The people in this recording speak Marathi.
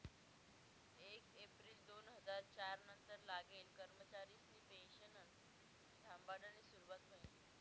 येक येप्रिल दोन हजार च्यार नंतर लागेल कर्मचारिसनी पेनशन थांबाडानी सुरुवात व्हयनी